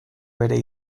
bere